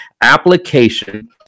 application